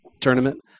tournament